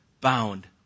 bound